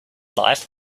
life